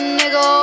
nigga